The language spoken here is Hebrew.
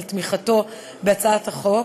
על תמיכתו בהצעת החוק,